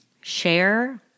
share